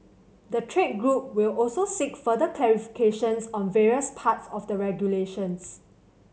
the trade group will also seek further clarification on various parts of the regulations